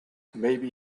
maybe